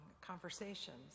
conversations